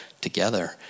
together